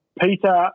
Peter